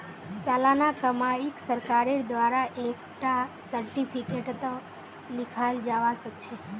सालाना कमाईक सरकारेर द्वारा एक टा सार्टिफिकेटतों लिखाल जावा सखछे